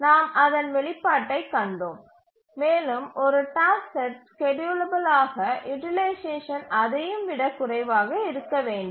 நாம் அதன் வெளிப்பாட்டை கண்டோம் மேலும் ஒரு டாஸ்க் செட் ஸ்கேட்யூலபில் ஆக யூட்டிலைசேஷன் அதையும் விட குறைவாக இருக்க வேண்டும்